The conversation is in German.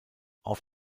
auf